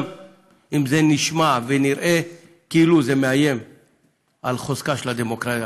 גם אם זה נשמע ונראה כאילו זה מאיים על חוזקה של הדמוקרטיה,